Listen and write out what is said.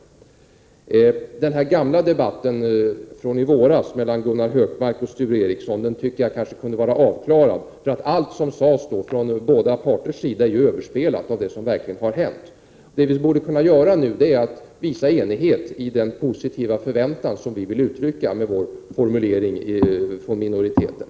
Jag anser exempelvis att den gamla debatten från i våras mellan Gunnar Hökmark och Sture Ericson kanske borde vara avklarad. Allt som då sades av båda parter är ju överspelat av det som verkligen har hänt. Nu borde vi kunna visa enighet i den positiva förväntan som vi inom minoriteten vill uttrycka genom vår formulering.